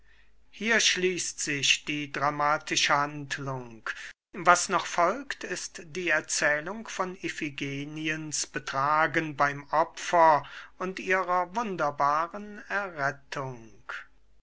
hier schließt sich die dramatische handlung was noch folgt ist die erzählung von iphigeniens betragen beim opfer und ihrer wunderbaren errettung